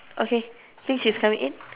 okay think he's coming in